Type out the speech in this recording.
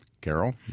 Carol